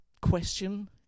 question